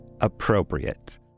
appropriate